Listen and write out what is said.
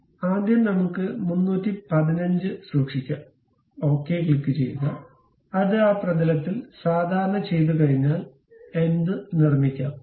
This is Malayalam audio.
അതിനാൽ ആദ്യം നമുക്ക് 315 സൂക്ഷിക്കാം ഓക്കേ ക്ലിക്കുചെയ്യുക അത് ആ പ്രതലത്തിൽ സാധാരണ ചെയ്തുകഴിഞ്ഞാൽ എന്തും നിർമ്മിക്കാം